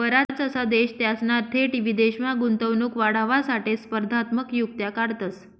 बराचसा देश त्यासना थेट विदेशमा गुंतवणूक वाढावासाठे स्पर्धात्मक युक्त्या काढतंस